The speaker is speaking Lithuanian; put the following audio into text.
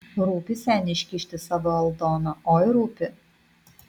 rūpi seniui iškišti savo aldoną oi rūpi